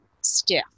stiff